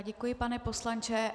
Děkuji, pane poslanče.